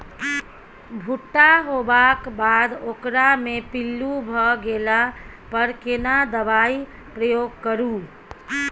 भूट्टा होबाक बाद ओकरा मे पील्लू भ गेला पर केना दबाई प्रयोग करू?